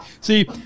See